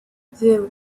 zéro